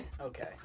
Okay